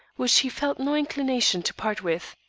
which he felt no inclination to part with.